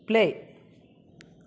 play